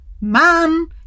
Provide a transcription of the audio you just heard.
Man